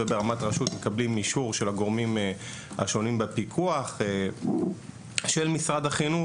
וברמת הרשות מקבלים אישור של הגורמים השונים בפיקוח של משרד החינוך.